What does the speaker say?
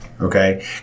okay